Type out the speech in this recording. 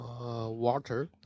water